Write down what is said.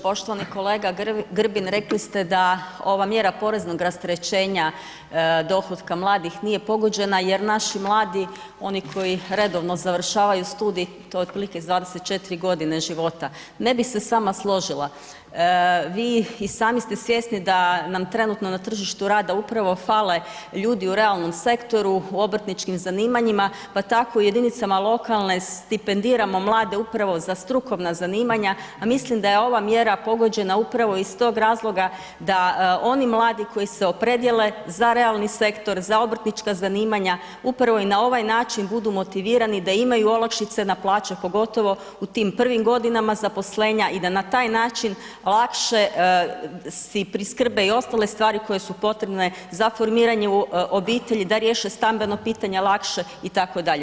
Poštovani kolega Grbin, rekli ste da ova mjera poreznog rasterećenja dohotka mladih nije pogođena jer naši mladi, oni koji redovno završavaju studij, to je otprilike s 24.g. života, ne bih se s vama složila, vi i sami ste svjesni da nam trenutno na tržištu rada upravo fale ljudi u realnom sektoru, u obrtničkim zanimanjima, pa tako u jedinicama lokalne stipendiramo mlade upravo za strukovna zanimanja, a mislim da je ova mjera pogođena upravo iz tog razloga da oni mladi koji se opredijele za realni sektor, za obrtnička zanimanja, upravo i na ovaj način budu motivirani, da imaju olakšice na plaće, pogotovo u tim prvim godinama zaposlenja i da na taj način lakše si priskrbe i ostale stvari koje su potrebne za formiranje obitelji, da riješe stambeno pitanje lakše itd.